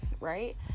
right